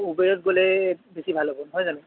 উবেৰত গ'লে বেছি ভাল হ'ব নহয় জানো